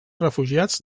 refugiats